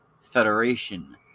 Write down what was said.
Federation